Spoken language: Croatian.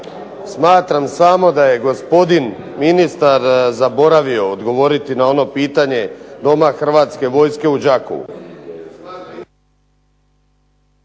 Smatram samo da je gospodin ministar zaboravio odgovoriti na ono pitanje Doma Hrvatske vojske u Đakovu.